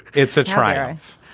it's a triumph.